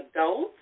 Adults